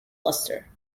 luster